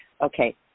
okay